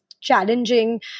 challenging